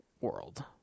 world